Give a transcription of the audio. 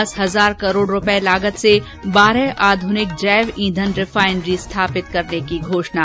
दस हजार करोड़ रुपये की लागत से बारह आध्निक जैव ईंधन रिफाइनरी स्थापित करने की घोषणा